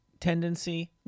tendency